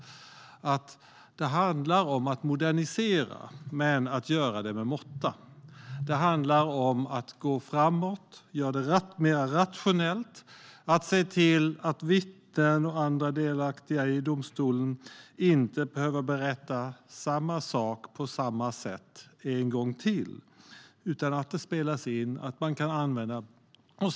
Det handlar om att modernisera men att göra det med måtta. Det handlar om att gå framåt, göra det mer rationellt och se till att vittnen och andra delaktiga i domstolen inte behöver berätta samma sak på samma sätt en gång till. Det som sägs spelas in och kan användas.